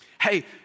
hey